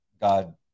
God